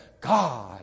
God